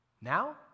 Now